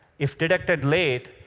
if detected late,